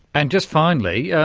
and just finally, yeah